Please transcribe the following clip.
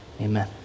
Amen